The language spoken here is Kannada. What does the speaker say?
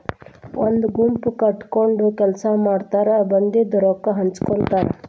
ಒಂದ ಗುಂಪ ಕಟಗೊಂಡ ಕೆಲಸಾ ಮಾಡತಾರ ಬಂದಿದ ರೊಕ್ಕಾ ಹಂಚಗೊತಾರ